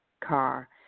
car